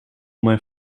mijn